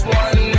one